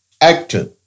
actor